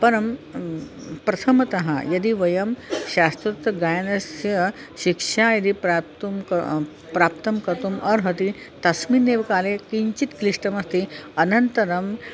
परं प्रथमतः यदि वयं शास्त्रोक्तगानस्य शिक्षां यदि प्राप्तं क प्राप्तं कर्तुम् अर्हति तस्मिन्नेव काले किञ्चित् क्लिष्टमस्ति अनन्तरम्